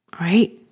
right